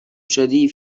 شدی